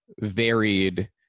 varied